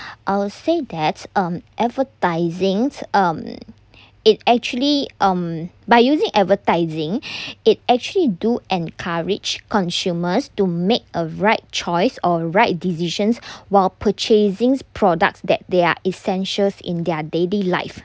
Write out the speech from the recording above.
I'll say that um advertising um it actually um by using advertising it actually do encourage consumers to make a right choice or right decisions while purchasing products that they are essential in their daily life